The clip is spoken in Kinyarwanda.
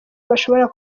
bashobora